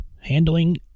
handling